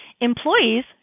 Employees